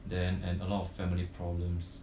then and a lot of family problems